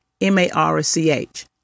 M-A-R-C-H